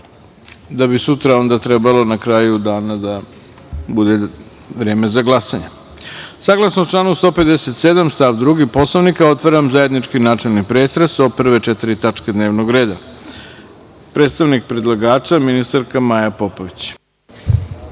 i sutra bi trebalo na kraju dana da bude vreme za glasanje. Saglasno članu 157. stav 2. Poslovnika, otvaram zajednički načelni pretres o prve četiri tačke dnevnog reda. Reč ima predstavnik predlagača, ministarka Maja Popović.